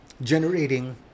generating